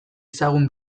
ezagun